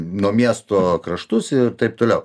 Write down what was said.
nuo miesto kraštus ir taip toliau